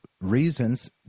reasons